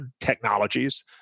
Technologies